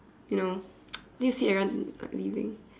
you know then you see everyone like leaving